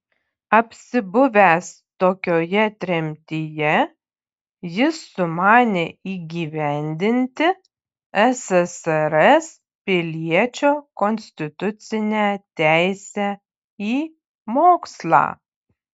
apsibuvęs tokioje tremtyje jis sumanė įgyvendinti ssrs piliečio konstitucinę teisę į mokslą